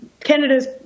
Canada's